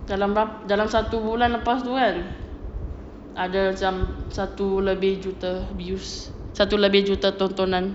dalam satu bulan lepas tu kan ada macam satu lebih juta views satu lebih juta tontonan